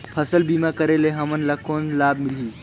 फसल बीमा करे से हमन ला कौन लाभ मिलही?